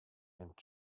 and